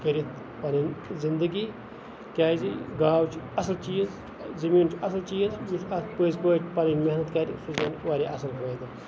کٔرِتھ پَنٕنۍ زِندگی کیازِ گاو چھِ اَصل چیٖز زٔمیٖن چھُ اصل چیٖز یُس اَتھ پٔزۍ پٲٹھۍ پَنٕنۍ محنَت کَرِ سُہ تُلہِ واریاہ اصل فٲیدٕ